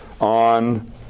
on